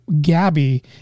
Gabby